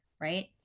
Right